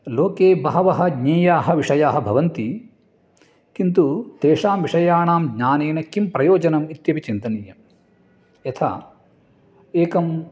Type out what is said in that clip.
लोके बहवः ज्ञेयाः विषयाः भवन्ति किन्तु तेषां विषयाणां ज्ञानेन किं प्रयोजनम् इत्यपि चिन्तनीयं यथा एकं